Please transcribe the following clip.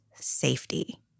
safety